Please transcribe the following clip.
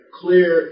clear